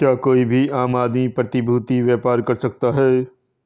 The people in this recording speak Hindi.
क्या कोई भी आम आदमी प्रतिभूती व्यापार कर सकता है?